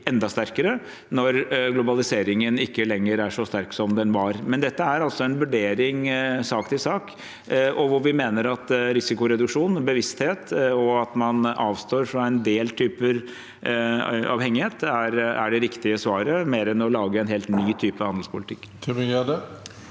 enda sterkere når globaliseringen ikke lenger er så sterk som den var. Men dette er en vurdering fra sak til sak, hvor vi mener at bevissthet rundt risikoreduksjon og at man avstår fra en del typer avhengighet, er det riktige svaret, mer enn å lage en helt ny type handelspolitikk.